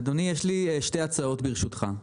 אדוני, יש לי שתי הצעות, ברשותך.